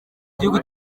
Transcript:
gihugu